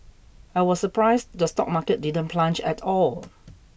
I was surprised the stock market didn't plunge at all